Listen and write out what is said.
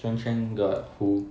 chung cheng got 湖